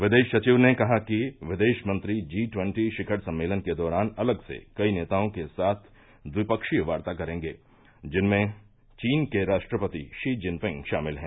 विदेश सविव ने कहा कि विर्देशमंत्री जी ट्वन्टी शिखर सम्मेलन के दौरान अलग से कई नेताओं के साथ ट्विफ्कीय वार्ता करेंगे जिनमें चीन के राष्ट्रपति थी जिनपिंग शामिल हैं